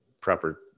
proper